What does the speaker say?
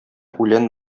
үлән